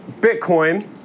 Bitcoin